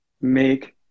make